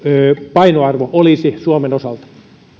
painoarvo olisi suomen osalta